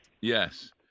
Yes